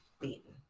beaten